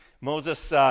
Moses